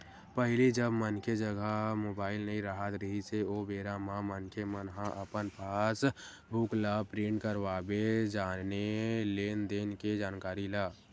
पहिली जब मनखे जघा मुबाइल नइ राहत रिहिस हे ओ बेरा म मनखे मन ह अपन पास बुक ल प्रिंट करवाबे जानय लेन देन के जानकारी ला